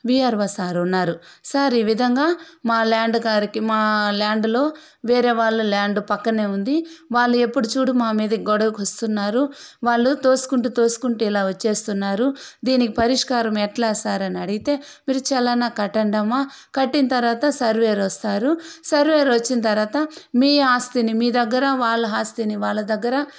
VRO sir ఉన్నారు sir ఈ విధంగా మా ల్యాండ్ గారికి మా ల్యాండ్లో వేరే వాళ్ళ ల్యాండ్ పక్కన ఉంది వాళ్ళు ఎప్పుడు చూడు మా మీదకి గొడవకు వస్తున్నారు వాళ్ళు తోసుకుంటూ తోసుకుంటూ ఇలా వచ్చేస్తున్నారు దీనికి పరిష్కారం ఎట్లా సార్ అని అడిగితే అంటే మీరు చలానా కట్టండమ్మా కట్టిన తర్వాత సర్వేరు వస్తారు సర్వేరు వచ్చిన తర్వాత మీ ఆస్తిని మీ దగ్గర వాళ్ళ ఆస్తిని వాళ్ళ దగ్గర